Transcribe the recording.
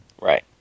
Right